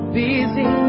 busy